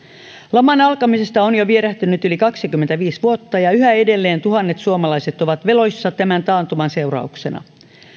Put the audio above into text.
laman alkamisesta on jo vierähtänyt yli kaksikymmentäviisi vuotta ja yhä edelleen tuhannet suomalaiset ovat veloissa tämän taantuman seurauksena